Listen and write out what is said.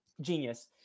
Genius